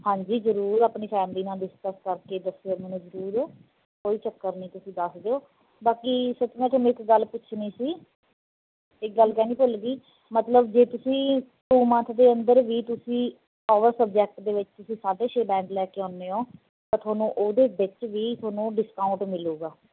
ਹਾਂਜੀ ਜ਼ਰੂਰ ਆਪਣੀ ਫੈਮਲੀ ਨਾਲ ਡਿਸਕਸ ਕਰਕੇ ਦੱਸਿਓ ਮੈਨੂੰ ਜ਼ਰੂਰ ਕੋਈ ਚੱਕਰ ਨਹੀਂ ਤੁਸੀਂ ਦੱਸ ਦਿਓ ਬਾਕੀ ਸੱਚ ਮੈਂ ਤੁਹਾਨੂੰ ਇੱਕ ਗੱਲ ਪੁੱਛਣੀ ਸੀ ਇੱਕ ਗੱਲ ਕਹਿਣੀ ਭੁੱਲ ਗਈ ਮਤਲਬ ਜੇ ਤੁਸੀਂ ਟੂ ਮੰਥ ਦੇ ਅੰਦਰ ਵੀ ਤੁਸੀਂ ਅਵਰ ਸਬਜੈਕਟ ਦੇ ਵਿੱਚ ਤੁਸੀਂ ਸਾਢੇ ਛੇ ਬੈਂਡ ਲੈ ਕੇ ਆਉਂਦੇ ਹੋ ਤਾਂ ਤੁਹਾਨੂੰ ਉਹਦੇ ਵਿੱਚ ਵੀ ਤੁਹਾਨੂੰ ਡਿਸਕਾਊਂਟ ਮਿਲੂਗਾ